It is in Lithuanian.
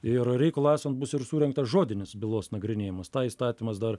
ir reikalui esant bus ir surengtas žodinis bylos nagrinėjimas tą įstatymas dar